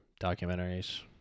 documentaries